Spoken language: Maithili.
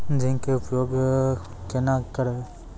जिंक के उपयोग केना करये?